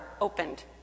opened